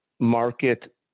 market